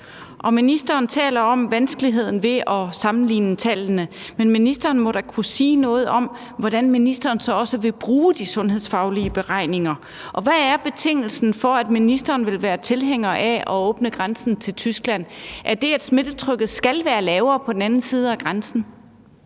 ministeren taler om vanskeligheden ved at sammenligne tallene. Men ministeren må da også kunne sige noget om, hvordan ministeren så vil bruge de sundhedsfaglige beregninger. Hvad er betingelsen for, at ministeren vil være tilhænger af at åbne grænsen til Tyskland? Er det, at smittetrykket skal være lavere på den anden side af grænsen?